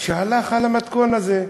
שהלך על המתכון הזה.